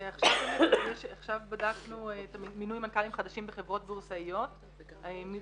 ועכשיו בדקנו מינוי מנכ"לים חדשים בחברות בורסאיות מ-2014